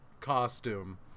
costume